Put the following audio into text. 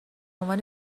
عنوان